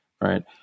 right